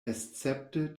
escepte